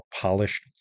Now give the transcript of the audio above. polished